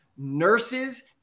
nurses